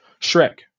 Shrek